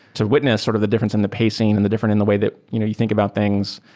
to witness sort of the difference in the pacing and the different in the way that you know you think about things.